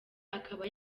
akaba